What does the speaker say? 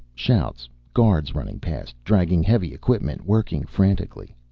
shouts, guards rushing past, dragging heavy equipment, working frantically.